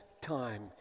time